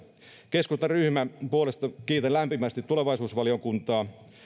keskustan ryhmän puolesta kiitän lämpimästi tulevaisuusvaliokuntaa